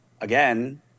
again